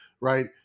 right